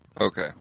Okay